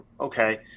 okay